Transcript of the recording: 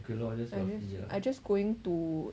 I just I just going to